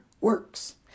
works